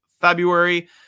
February